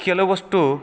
ಕೆಲವಷ್ಟು